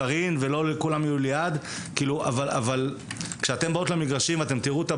לא, אני אומרת את זה כדי להראות עד כמה